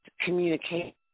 communicate